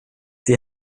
die